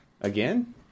Again